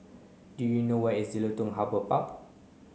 do you know where is Jelutung Harbour Park